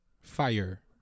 fire